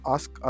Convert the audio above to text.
Ask